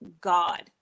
God